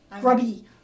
grubby